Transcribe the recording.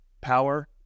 power